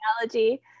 analogy